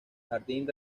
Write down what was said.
jardín